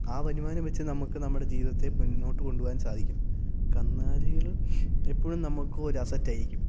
ആ വരുമാനം വെച്ച് നമുക്ക് നമ്മുടെ ജീവിതത്തെ മുന്നോട്ട് കൊണ്ടു പോകാൻ സാധിക്കും കന്നാലികൾ എപ്പോഴും നമുക്കൊരസറ്റായിരിക്കും